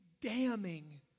damning